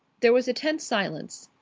there was a tense silence.